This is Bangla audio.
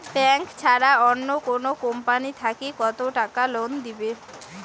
ব্যাংক ছাড়া অন্য কোনো কোম্পানি থাকি কত টাকা লোন দিবে?